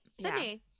Sydney